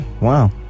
Wow